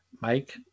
Mike